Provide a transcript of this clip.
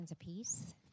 apiece